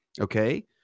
Okay